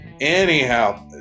anyhow